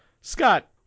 Scott